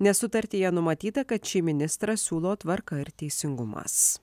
nes sutartyje numatyta kad šį ministrą siūlo tvarka ir teisingumas